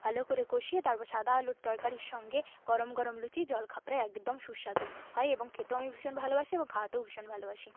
ভালো করে কষিয়ে তারপর সাদা আলুর তরকারির সঙ্গে গরম গরম লুচি জলখাবারে একদম সুস্বাদু হয় এবং খেতেও আমি ভীষণ ভালোবাসি এবং খাওয়াতেও ভীষণ ভালোবাসি